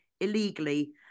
illegally